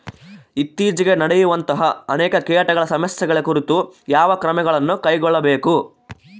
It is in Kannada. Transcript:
ಇತ್ತೇಚಿಗೆ ನಡೆಯುವಂತಹ ಅನೇಕ ಕೇಟಗಳ ಸಮಸ್ಯೆಗಳ ಕುರಿತು ಯಾವ ಕ್ರಮಗಳನ್ನು ಕೈಗೊಳ್ಳಬೇಕು?